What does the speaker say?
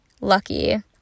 Lucky